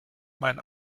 mein